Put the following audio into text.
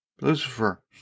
Lucifer